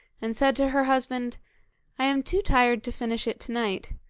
and said to her husband i am too tired to finish it to-night,